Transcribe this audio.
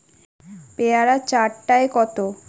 পেয়ারা চার টায় কত?